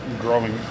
growing